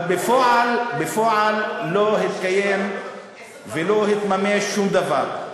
אבל בפועל לא התקיים ולא התממש שום דבר.